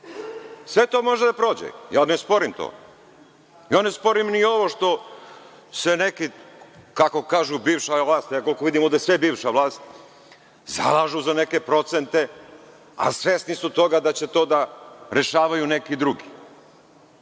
Sve to može da prođe, ja ne sporim to. Ne sporim ni ovo što se neki, kako kažu, bivša vlast, koliko ja vidim ovde je sve bivša vlast, zalažu za neke procente, a svesni su toga da će to da rešavaju neki drugi.